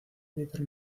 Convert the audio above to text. editar